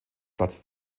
platz